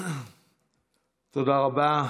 תודה רבה.